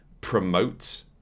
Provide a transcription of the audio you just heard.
promote